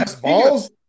balls